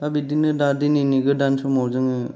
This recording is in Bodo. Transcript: दा बिदिनो दा दिनैनि गोदान समाव जोङो